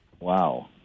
Wow